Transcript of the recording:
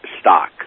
stock